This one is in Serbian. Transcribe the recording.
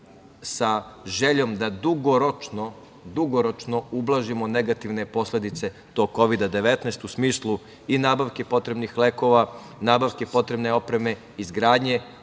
sa željom da dugoročno ublažimo negativne posledice tog Kovida 19 u smislu i nabavke potrebnih lekova, nabavke potrebne opreme, izgradnje